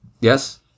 Yes